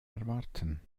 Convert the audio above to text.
erwarten